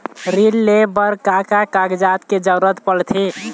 ऋण ले बर का का कागजात के जरूरत पड़थे?